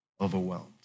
overwhelmed